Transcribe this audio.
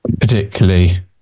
particularly